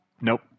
Nope